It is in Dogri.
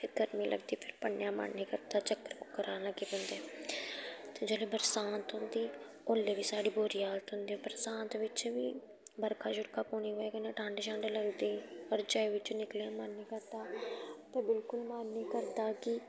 ते गर्मी लगदी फिर पढ़ने दा मन निं करदा चक्कर कुक्कर आन लगी पौंदे ते जेल्लै बरसांत होंदी ओल्लै बी साढ़ी बुरी हालत होंदी बरसांत बिच्च बी बरखा शरखा पौने दी बजह कन्नै ठंड शंड लगदी रजाई बिच्चा निकलने दा मन निं करदा ते बिलकुल मन निं करदा कि